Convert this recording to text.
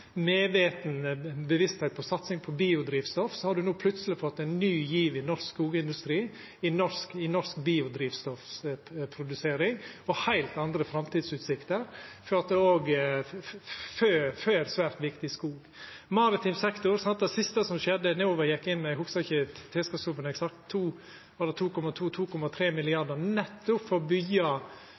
heilt anna bevisst satsing på biodrivstoff, har ein no plutseleg fått ein ny giv i norsk skogindustri, i norsk biodrivstoffproduksjon, og heilt andre framtidsutsikter for svært viktig skog. Når det gjeld maritim sektor, var det siste som skjedde at Enova gjekk inn – eg hugsar ikkje tilskotssummen, men det var vel 2,2–2,3 mrd. kr – nettopp for å byggja